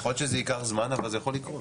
יכול להיות שזה ייקח זמן אבל זה יכול לקרות.